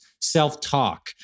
self-talk